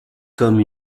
comme